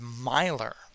miler